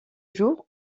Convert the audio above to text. jour